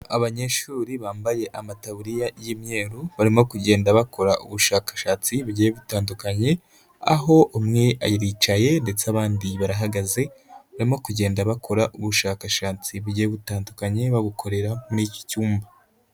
Abanyeshuri bambaye amataburiya y'imyeru barimo kugenda bakora ubushakashatsi bugiye bitandukanye, aho umwe ayicaye ndetse abandi barahagaze barimo kugenda bakora ubushakashatsi bugiye butandukanye babukorera muri iki cyumba.